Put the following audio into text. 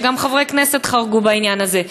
שגם חברי כנסת חרגו בעניין הזה.